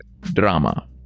drama